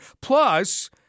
Plus